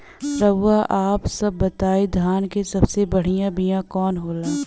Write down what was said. रउआ आप सब बताई धान क सबसे बढ़ियां बिया कवन होला?